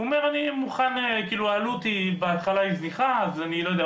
הוא אומר לי 'העלות בהתחלה היא זניחה אז אני לא יודע,